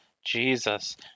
Jesus